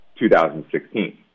2016